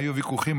היו ויכוחים,